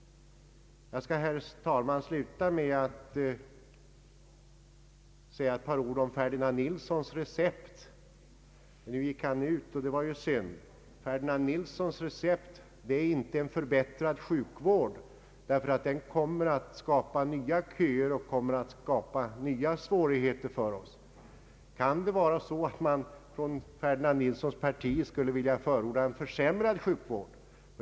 Jag skall, herr talman, sluta med att säga ett par ord om Ferdinand Nilssons recept. Nu gick han ut och det var synd. Hans recept är inte en förbättrad sjukvård därför att den kommer att skapa nya köer och nya svårigheter för oss. Kan det vara så att man från Ferdinand Nilssons parti skulle vilja förorda en försämrad sjukvård?